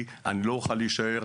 אוסטרליה,